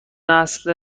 نسل